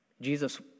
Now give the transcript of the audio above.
Jesus